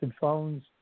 phones